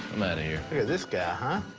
yeah this guy, huh?